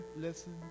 listen